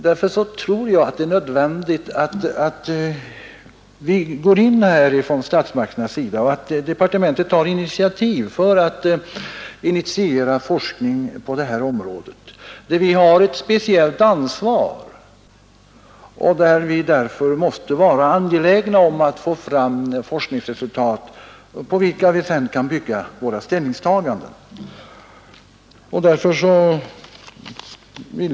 Jag tror att det är nödvändigt att statsmakterna ingriper och att departementet tar initiativ till forskning på detta område, där vi har ett speciellt ansvar och därför måste vara angelägna om att få fram forskningsresultat, på vilka vi sedan kan bygga våra ställningstaganden.